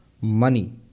Money